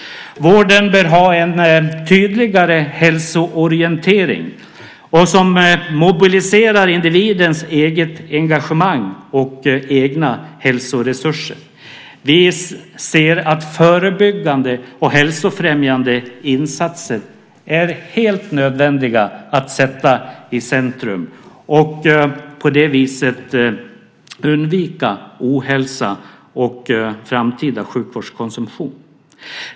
Vården bör ha en tydligare hälsoorientering som mobiliserar individens eget engagemang och egna hälsoresurser. Vi ser att förebyggande och hälsofrämjande insatser är helt nödvändiga att sätta i centrum för att på det viset undvika ohälsa och framtida sjukvårdskonsumtion.